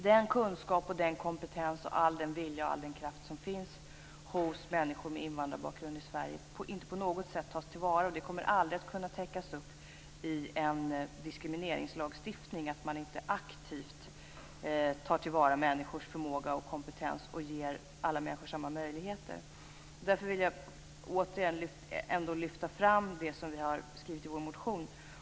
Den kunskap, den kompetens och all den vilja och kraft som finns hos människor i Sverige som har invandrarbakgrund tas inte på något sätt till vara. Det kommer aldrig att kunna täckas upp i en diskrimineringslagstiftning att man inte aktivt tar till vara människors förmåga och kompetens och ger alla människor samma möjligheter. Därför vill jag återigen lyfta fram det som vi skriver i vår motion.